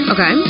Okay